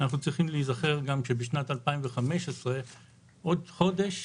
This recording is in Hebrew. אנחנו צריכים להיזכר גם שעוד חודש